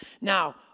Now